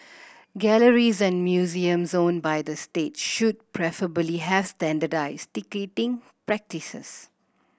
galleries and museums owned by the state should preferably have standardised ticketing practices